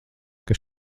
kas